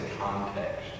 context